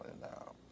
now